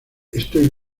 estoy